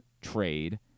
trade